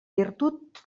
virtut